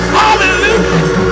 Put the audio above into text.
hallelujah